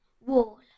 wall